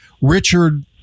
Richard